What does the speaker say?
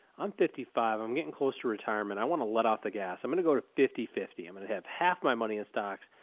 i'm fifty five, i'm getting close to retirement. i want to let off the gas. i'm going to go to fifty fifty. i'm going to have half my money in stocks,